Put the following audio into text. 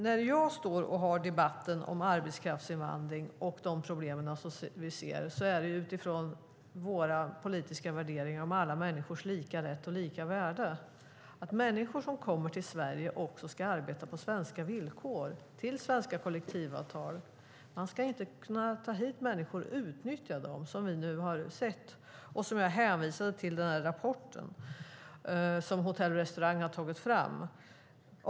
När jag har debatten om arbetskraftsinvandring och de problem som vi ser är det utifrån våra politiska värderingar om alla människors lika rätt och lika värde. Människor som kommer till Sverige ska arbeta på svenska villkor, med svenska kollektivavtal. Man ska inte kunna ta hit människor och utnyttja dem, som vi nu har sett. Och jag hänvisade till den rapport som Hotell och Restaurang har tagit fram.